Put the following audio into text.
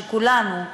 שכולנו,